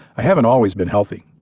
i haven't always been healthy.